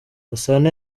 gasana